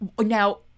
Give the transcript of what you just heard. Now